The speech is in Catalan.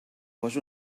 fos